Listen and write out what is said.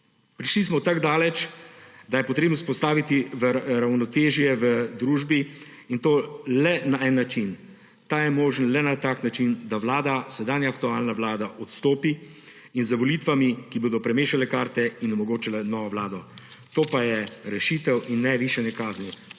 prišli smo tako daleč, da je treba vzpostaviti ravnotežje v družbi, in to le na en način, ta je možen le na tak način, da sedanja, aktualna vlada odstopi, in z volitvami, ki bodo premešale karte in omogočile novo vlado. To pa je rešitev in ne višanje kazni.